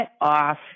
off